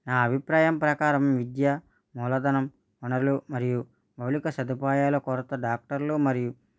నా అభిప్రాయం ప్రకారం విద్య మూలధనం వనరులు మరియు మౌలిక సదుపాయాలు కొరత డాక్టర్లు మరియు